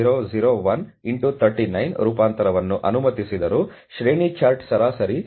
0001 39 ರೂಪಾಂತರವನ್ನು ಅನುಮತಿಸಿದರೂ ಶ್ರೇಣಿ ಚಾರ್ಟ್ ಸರಾಸರಿ ಅಥವಾ 0